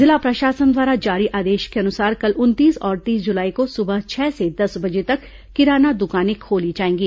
जिला प्रशासन द्वारा जारी आदेश के अनुसार कल उनतीस और तीस जुलाई को सुबह छह से दस बजे तक किराना दुकाने खोली जाएंगी